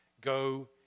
Go